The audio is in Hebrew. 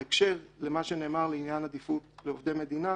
בהקשר למה שנאמר לעניין עדיפות לעובדי מדינה,